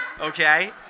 okay